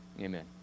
Amen